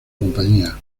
compañía